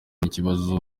n’ikibazo